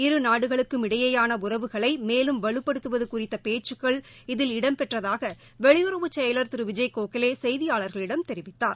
இரு நாடுகளுக்கும் இடையேயான உறவுகளை மேலும் வலுப்படுத்துவது குறித்த பேச்சுக்கள் இதில் இடம்பெற்றதாக வெளியுறவு செயலர் திரு விஜய் கோக்லே செய்தியாளர்களிடம் தெரிவித்தார்